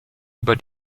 über